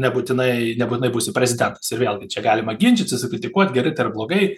nebūtinai nebūtinai būsi prezidentas ir vėlgi čia galima ginčytis ir kritikuot gerai tai ar blogai